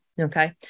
Okay